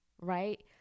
right